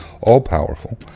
all-powerful